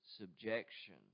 subjection